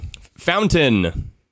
Fountain